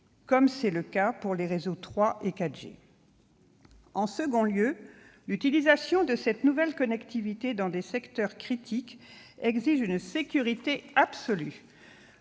comme c'est le cas pour les réseaux 3G et 4G. Ensuite, l'utilisation de cette nouvelle connectivité dans des secteurs critiques exige une sécurité absolue.